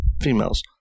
Females